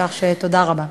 כך שתודה רבה.